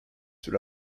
süre